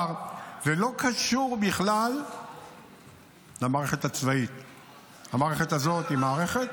יתברר שזאת לא תמונה חד-ערכית מבחינת מי היה מעורב,